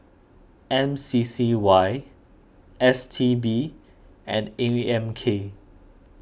M C C Y S T B and A M K